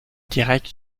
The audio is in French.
direct